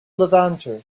levanter